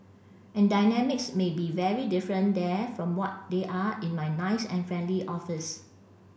and dynamics may be very different there from what they are in my nice and friendly office